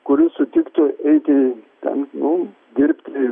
kuris sutiktų eiti ten nu dirbti